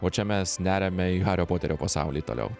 o čia mes neriame į hario poterio pasaulį toliau